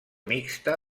mixta